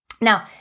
Now